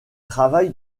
travaille